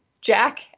Jack